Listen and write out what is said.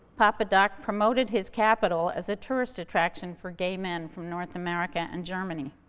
papa doc promoted his capital as a tourist attraction for gay men from north america and germany.